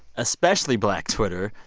especially black twitter,